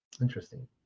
Interesting